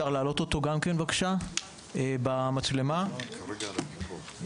(היו"ר מיכל שיר סגמן, 14:16)